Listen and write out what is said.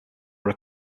were